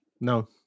no